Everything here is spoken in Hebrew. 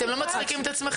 אתם לא מצחיקים את עצמכם?